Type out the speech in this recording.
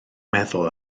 meddwl